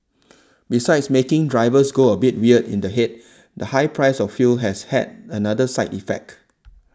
besides making drivers go a bit weird in the head the high price of fuel has had another side effect